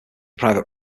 private